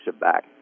back